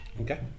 okay